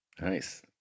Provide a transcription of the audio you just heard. Nice